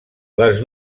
les